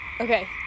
Okay